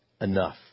enough